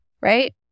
right